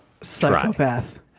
Psychopath